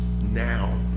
now